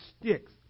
sticks